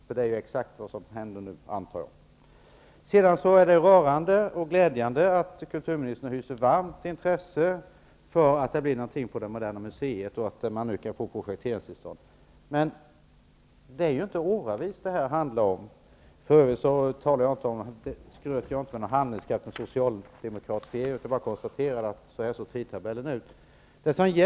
Jag antar att det är precis det som nu händer. Det är rörande och glädjande att kulturministern hyser varmt intresse för att man nu skall få projekteringstillstånd för Moderna museet. Men det handlar här inte om något på flera års sikt. Jag skröt för övrigt inte om någon handlingskraft från Socialdemokraternas sida. Det är bara att konstatera att tidtabellen ser ut som den gör.